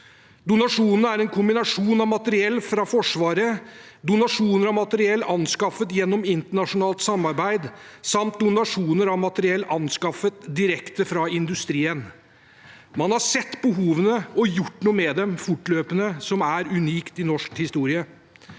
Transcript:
Donasjonene er en kombinasjon av materiell fra Forsvaret, donasjoner av materiell anskaffet gjennom internasjonalt samarbeid samt donasjoner av materiell anskaffet direkte fra industrien. Man har sett behovene og gjort noe med dem fortløpende, som er unikt i norsk historie.